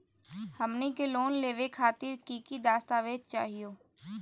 हमनी के लोन लेवे खातीर की की दस्तावेज चाहीयो?